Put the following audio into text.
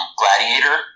gladiator